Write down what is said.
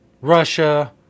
Russia